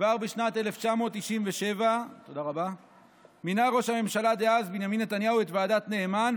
כבר בשנת 1997 מינה ראש הממשלה דאז בנימין נתניהו את ועדת נאמן,